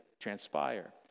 transpire